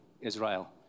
israel